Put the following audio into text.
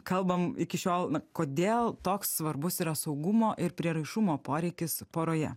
kalbam iki šiol na kodėl toks svarbus yra saugumo ir prieraišumo poreikis poroje